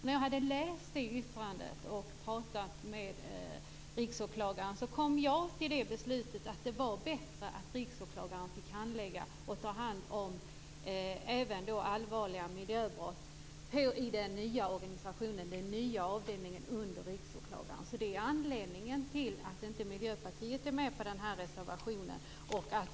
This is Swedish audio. När jag hade läst det yttrandet och pratat med Riksåklagaren kom jag fram till beslutet att det är bättre att Riksåklagaren får handlägga och ta hand om även allvarliga miljöbrott i den nya organisationen, den nya avdelningen under Riksåklagaren. Det är anledningen till att Miljöpartiet inte är med på den här reservationen.